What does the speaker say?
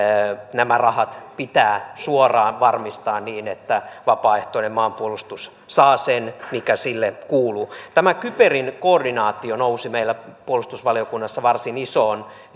nämä rahat pitää suoraan varmistaa niin että vapaaehtoinen maanpuolustus saa sen mikä sille kuuluu tämä kyberin koordinaatio nousi meillä puolustusvaliokunnassa varsin isoon